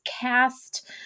cast